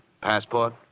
Passport